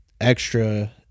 extra